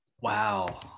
Wow